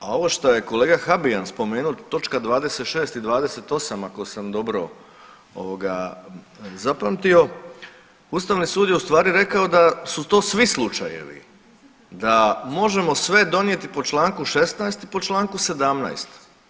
A ovo što je kolega Habijan spomenuo točka 26. i 28. ako sam dobro zapamtio Ustavni sud je u stvari rekao da su to svi slučajevi da možemo sve donijeti po članku 16. i po članku 17.